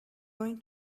going